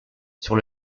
sur